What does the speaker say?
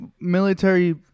military